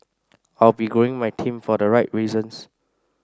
I'll be growing my team for the right reasons